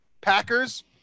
Packers